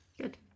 Good